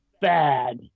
bad